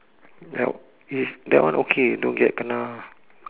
help is that one okay don't get kena